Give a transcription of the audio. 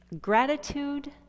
gratitude